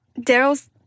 Daryl's